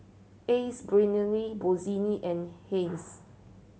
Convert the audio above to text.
Ace Brainery Bossini and Heinz